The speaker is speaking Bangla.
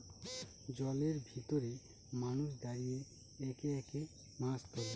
জলের ভেতরে মানুষ দাঁড়িয়ে একে একে মাছ তোলে